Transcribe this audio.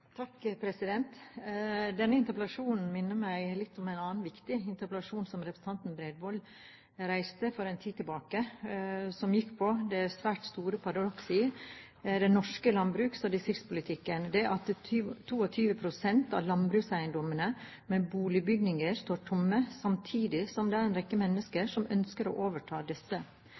Denne interpellasjonen minner meg litt om en annen viktig interpellasjon som representanten Bredvold reiste for en tid tilbake, som gikk på det svært store paradoks i den norske landbruks- og distriktspolitikken at 22 pst. av landbrukseiendommene med boligbygninger står tomme, samtidig som det er en rekke mennesker som ønsker å overta disse.